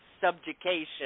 subjugation